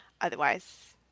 Otherwise